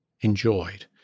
enjoyed